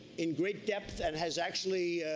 in great depth and has actually,